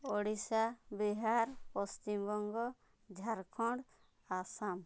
Odisha Bihar Paschimbanga Jharkhand Assam